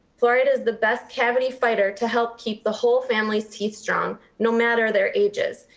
fluoride is the best cavity fighter to help keep the whole family's teeth strong, no matter their ages.